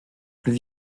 plus